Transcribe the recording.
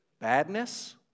badness